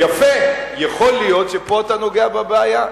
יפה, יכול להיות שפה אתה נוגע בבעיה.